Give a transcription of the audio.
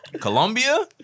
Colombia